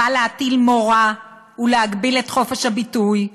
הבא להטיל מורא ולהגביל את חופש הביטוי,